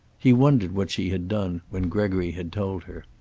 he wondered what she had done when gregory had told her.